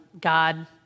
God